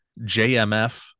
JMF